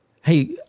Hey